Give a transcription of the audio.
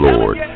Lord